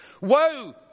Woe